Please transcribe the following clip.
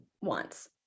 wants